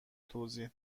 توضیح